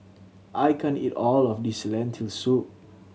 I can't eat all of this Lentil Soup